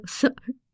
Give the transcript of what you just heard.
sorry